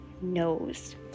knows